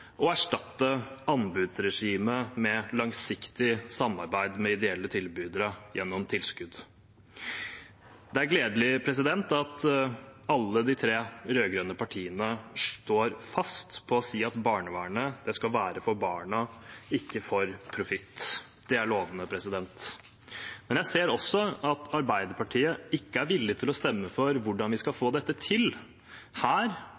og erstatte anbudsregimet med langsiktig samarbeid med ideelle tilbydere gjennom tilskudd. Det er gledelig at alle de tre rød-grønne partiene står fast på å si at barnevernet skal være for barna, ikke for profitt. Det er lovende. Men jeg ser også at Arbeiderpartiet ikke er villig til å stemme for hvordan vi skal få dette til her